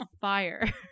fire